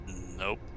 Nope